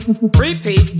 Repeat